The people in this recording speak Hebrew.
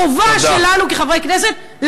החובה שלנו, כחברי כנסת, תודה.